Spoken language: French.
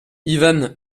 ivan